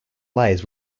lies